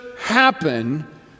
happen